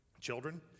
children